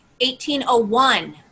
1801